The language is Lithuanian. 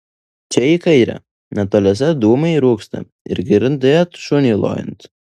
čia į kairę netoliese dūmai rūksta ir girdėt šunį lojant